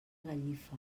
gallifa